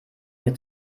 mir